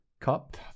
cup